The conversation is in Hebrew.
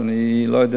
אז אני לא יודע